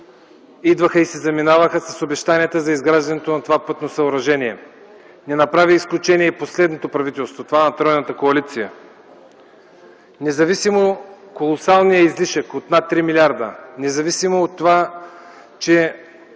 идваха и си заминаваха с обещанията за изграждането на това пътно съоръжение. Не направи изключение и последното правителство – това на тройната коалиция. Независимо от колосалния излишък над 3 милиарда, независимо от това, че